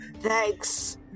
thanks